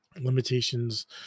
limitations